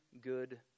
good